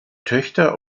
töchter